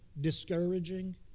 discouraging